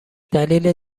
دلیل